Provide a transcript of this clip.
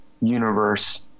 universe